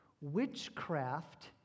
witchcraft